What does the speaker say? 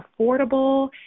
affordable